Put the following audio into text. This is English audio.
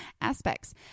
aspects